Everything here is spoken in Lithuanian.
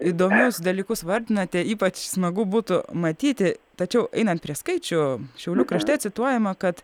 įdomius dalykus vardinate ypač smagu būtų matyti tačiau einant prie skaičių šiaulių krašte cituojama kad